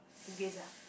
Bugis ah